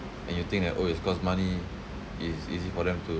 and you think that orh it's cause money is easy for them to~